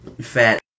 fat